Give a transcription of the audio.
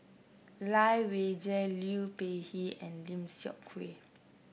Lai Weijie Liu Peihe and Lim Seok Hui